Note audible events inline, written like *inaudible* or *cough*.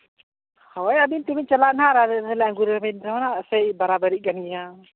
ᱦᱳᱭ ᱟᱹᱵᱤᱱ ᱛᱮᱵᱤᱱ ᱪᱟᱞᱟᱜᱼᱟ ᱱᱟᱦᱟᱜ ᱟᱨ ᱟᱞᱮ ᱞᱮ ᱞᱮᱵᱤᱱ ᱨᱮᱦᱚᱸ ᱥᱮᱭ ᱵᱟᱨᱟ ᱵᱟᱨᱤ *unintelligible*